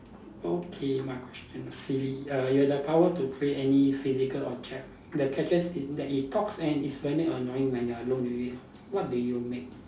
okay my question silly uh you have the power to create any physical object the catch is that it talks and it's very annoying when you are alone with it what do you make